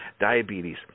diabetes